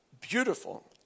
beautiful